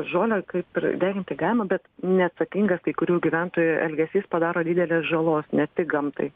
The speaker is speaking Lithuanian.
žolę kaip ir deginti galima bet neatsakingas kai kurių gyventojų elgesys padaro didelės žalos ne tik gamtai